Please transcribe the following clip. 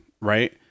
right